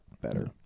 better